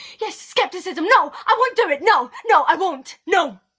yes skepticism! no, i won't do it. no, no, i won't, no!